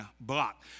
block